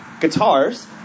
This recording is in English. guitars